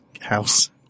house